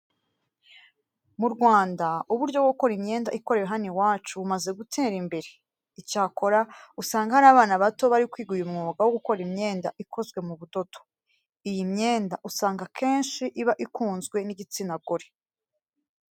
Mu Rwanda, uburyo bwo gukora imyenda ikorewe hano iwacu bumaze gutera imbere. Icyakora, usanga hari abana bato bari kwiga uyu mwuga wo gukora imyenda ikozwe mu budodo. Iyi myenda usanga akenshi iba ikunzwe n'igitsina gore.